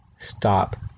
Stop